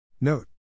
Note